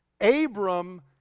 Abram